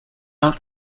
out